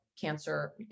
cancer